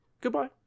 Goodbye